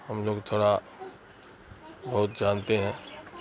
ہم لوگ تھوڑا بہت جانتے ہیں